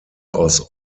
aus